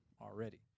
already